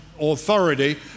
authority